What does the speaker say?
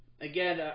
again